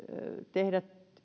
tehdä